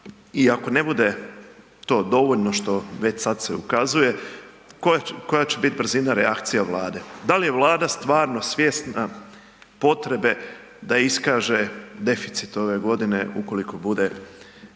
i ako ne bude to dovoljno što već sad se ukazuje, koja, koja će bit brzina reakcija Vlade? Dal je Vlada stvarno svjesna potrebe da iskaže deficit ove godine ukoliko bude